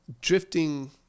drifting